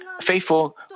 faithful